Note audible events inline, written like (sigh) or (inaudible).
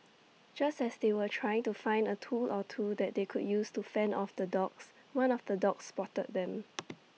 just as they were trying to find A tool or two that they could use to fend off the dogs one of the dogs spotted them (noise)